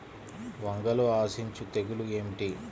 వంగలో ఆశించు తెగులు ఏమిటి?